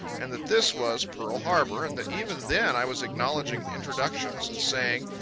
and that this was pearl harbour, and that even then i was acknowledging introductions and saying,